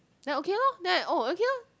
then okay loh then I oh okay loh